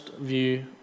view